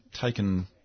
taken